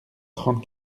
trente